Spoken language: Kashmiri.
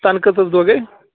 تَنہٕ کٔژ حظ دۄہ گٔے